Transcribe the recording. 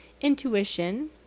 intuition